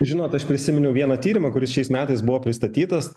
žinot aš prisiminiau vieną tyrimą kuris šiais metais buvo pristatytas